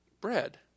bread